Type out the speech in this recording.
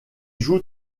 joue